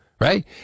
Right